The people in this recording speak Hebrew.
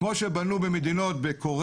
כמו שבנו בקוריאה,